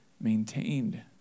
maintained